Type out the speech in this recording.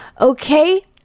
okay